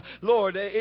Lord